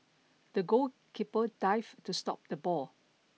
the goalkeeper dived to stop the ball